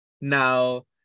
now